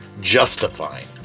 justifying